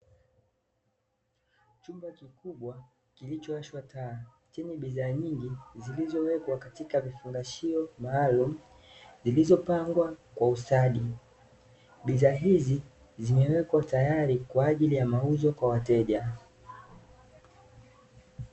Chumba kikubwa kilichowashwa taa, chenye bidhaa nyingi, zilizowekwa katika vifungashio maalumu, zilizopangwa kwa ustadi, bidhaa hizi zimewekwa tayari, kwa ajili ya mauzo kwa wateja.